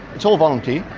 it's all volunteer,